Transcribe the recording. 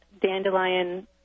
dandelion